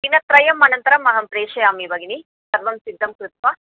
दिनत्रयम् अनन्तरम् अहं प्रेषयामि भगिनि सर्वं सिद्धं कृत्वा